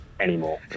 anymore